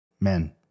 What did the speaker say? men